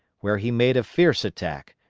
where he made a fierce attack,